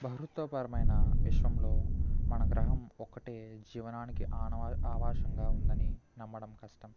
బహృతపరమైన విశ్వంలో మన గ్రహం ఒక్కటే జీవనానికి ఆనవా ఆవాసంగా ఉందని నమ్మడం కష్టం